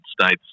States